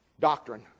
doctrine